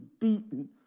beaten